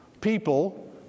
people